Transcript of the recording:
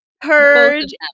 purge